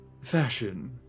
fashion